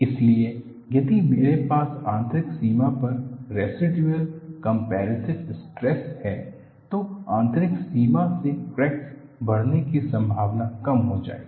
इसलिए यदि मेरे पास आंतरिक सीमा पर रैसिडुअल कॉम्परैसिव स्ट्रेस है तो आंतरिक सीमा से क्रैक्स बढ़ने की संभावना कम हो जाएगी